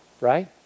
right